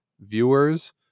viewers